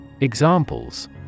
Examples